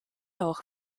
auch